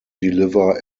deliver